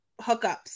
hookups